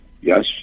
yes